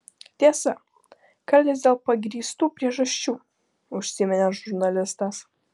tiesa kartais dėl pagrįstų priežasčių užsiminė žurnalistas